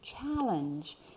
challenge